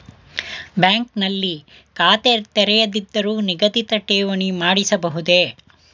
Bank ನಲ್ಲಿ ಖಾತೆ ತೆರೆಯದಿದ್ದರೂ ನಿಗದಿತ ಠೇವಣಿ ಮಾಡಿಸಬಹುದೇ?